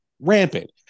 rampant